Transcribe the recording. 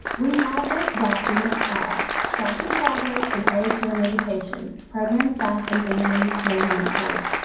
we have this document called tracking progress in early care and education programs, staff, and family measurement tools.